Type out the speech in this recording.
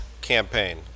campaign